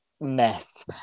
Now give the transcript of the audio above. mess